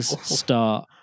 start